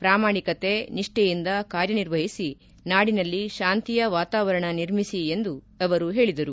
ಪ್ರಾಮಾಣಿಕತೆ ನಿಷ್ಷೆಯಿಂದ ಕಾರ್ಯನಿರ್ವಹಿಸಿ ನಾಡಿನಲ್ಲಿ ಶಾಂತಿಯ ವಾತಾವರಣ ನಿರ್ಮಿಸಿ ಎಂದು ಹೇಳಿದರು